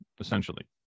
essentially